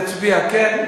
יצביע כן,